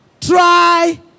try